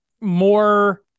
more